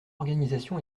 organisation